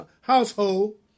household